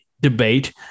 debate